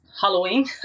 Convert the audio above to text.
halloween